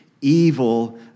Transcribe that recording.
evil